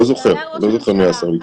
אני לא זוכר מי היה שר ביטחון.